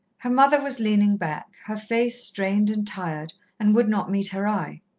her mother was leaning back, her face strained and tired, and would not meet her eye.